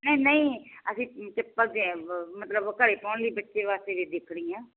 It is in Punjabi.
ਨਹੀਂ ਨਹੀਂ ਅਸੀਂ ਪਿੱਪਲ ਦੇ ਮਤਲਬ ਘਰੇ ਪਾਉਣ ਲਈ ਬੱਚੇ ਵਾਸਤੇ ਵੀ ਦੇਖਣੀ ਆ